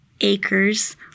acres